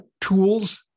tools